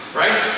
right